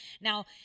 Now